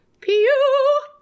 Pew